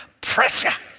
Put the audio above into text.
Pressure